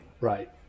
Right